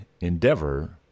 endeavor